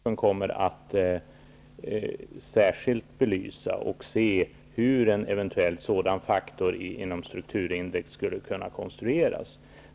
Herr talman! I båda de senaste anförandena har öfaktorn berörts. Det är, som har sagts här, en av de frågor som expertarbetsgruppen kommer att särskilt belysa. Den skall ta ställning till hur en eventuell sådan faktor inom strukturindex skulle kunna konstrueras.